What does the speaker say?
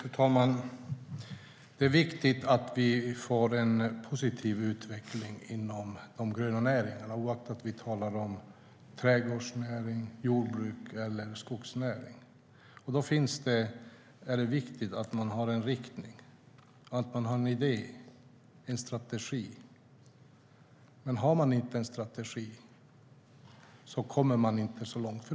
Fru talman! Det är viktigt att vi får en positiv utveckling inom de gröna näringarna oaktat vi talar om trädgårdsnäring, jordbruk eller skogsnäring. Då är det viktigt att ha en riktning, en idé, en strategi. Har man inte en strategi kommer man inte särskilt långt.